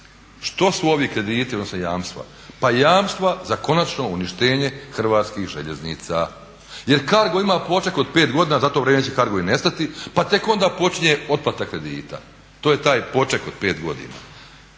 Što su ovi krediti odnosno jamstva? Pa jamstva za konačno uništenje Hrvatskih željeznica jer Cargo ima poček od pet godina, a za to vrijeme će Cargo i nestati pa tek onda počinje otplata kredita. To je taj poček od pet godina.